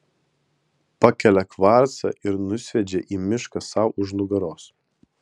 pakelia kvarcą ir nusviedžia į mišką sau už nugaros